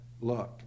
look